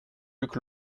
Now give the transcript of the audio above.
luc